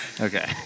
okay